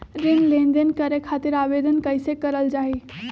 ऋण लेनदेन करे खातीर आवेदन कइसे करल जाई?